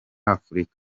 afrika